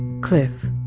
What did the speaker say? cliff.